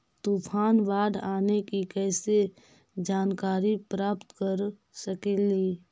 तूफान, बाढ़ आने की कैसे जानकारी प्राप्त कर सकेली?